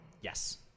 Yes